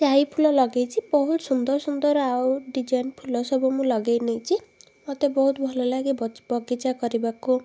ଜାଇଫୁଲ ଲଗେଇଛି ବହୁତ ସୁନ୍ଦର ସୁନ୍ଦର ଆଉ ଡିଜାଇନ୍ ଫୁଲ ସବୁ ମୁଁ ଲଗେଇ ନେଇଛି ମୋତେ ବହୁତ ଭଲଲାଗେ ବଗ ବଗିଚା କରିବାକୁ